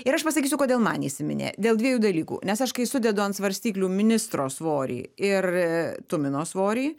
ir aš pasakysiu kodėl man įsiminė dėl dviejų dalykų nes aš kai sudedu ant svarstyklių ministro svorį ir tumino svorį